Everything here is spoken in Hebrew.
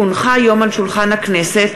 כי הונחה היום על שולחן הכנסת,